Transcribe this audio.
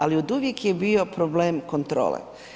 Ali oduvijek je bio problem kontrole.